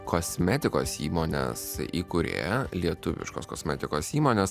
kosmetikos įmonės įkūrėja lietuviškos kosmetikos įmonės